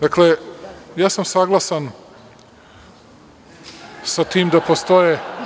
Dakle, ja sam saglasan sa tim da postoje.